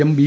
M B